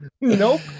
nope